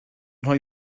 rhoi